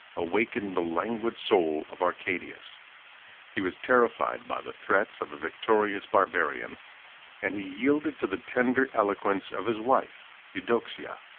awakened the languid soul of arcadius he was terrified by the threats of a victorious barbarian and he yielded to the tender eloquence of his wife eudoxia,